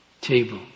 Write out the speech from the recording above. table